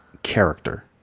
character